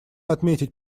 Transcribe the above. отметить